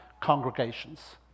congregations